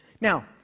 now